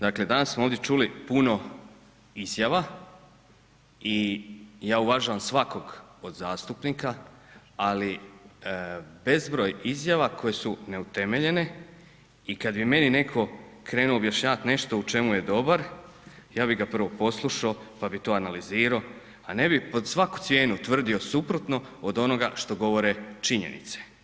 Dakle, danas smo ovdje čuli puno izjava i ja uvažavam svakog od zastupnika, ali bezbroj izjava koje su neutemeljene i kad bi meni netko krenuo objašnjavat nešto u čemu je dobar, ja bi ga prvo poslušao, pa bi to analizirao, ali ne bi pod svaku cijenu tvrdio suprotno od onoga što govore činjenice.